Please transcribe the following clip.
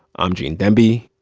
i'm gene demby.